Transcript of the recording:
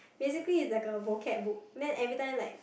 basically it's like a vocab book then every time like